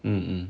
mmhmm